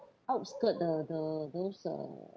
outskirt the the those uh